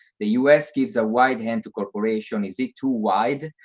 the u s. gives a wide hand to corporations, is it too wide?